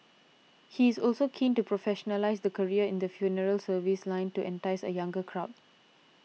he is also keen to professionalise the career in the funeral service line to entice a younger crowd